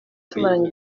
tumaranye